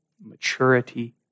maturity